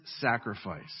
sacrifice